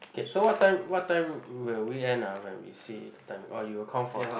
okay so what time what time will we end ah when we see the time oh you will count for us